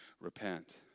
Repent